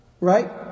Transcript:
right